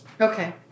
Okay